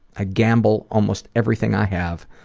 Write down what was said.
i gamble almost everything i have.